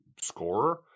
scorer